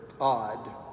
odd